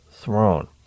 throne